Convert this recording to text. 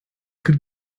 could